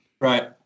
right